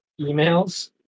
Emails